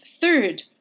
third